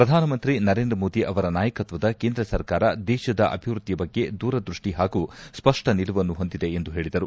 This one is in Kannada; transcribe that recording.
ಪ್ರಧಾನಮಂತ್ರಿ ನರೇಂದ್ರ ಮೋದಿ ಅವರ ನಾಯಕತ್ವದ ಕೇಂದ್ರ ಸರ್ಕಾರ ದೇಶದ ಅಭಿವೃದ್ಧಿಯ ಬಗ್ಗೆ ದೂರದೃಷ್ಟಿ ಹಾಗೂ ಸ್ಪಷ್ಟ ನಿಲುವನ್ನು ಹೊಂದಿದೆ ಎಂದು ಹೇಳಿದರು